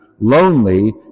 lonely